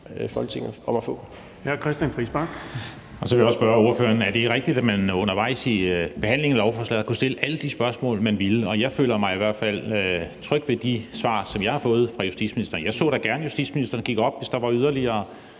Folketinget er alt for